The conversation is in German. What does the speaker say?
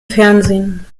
fernsehen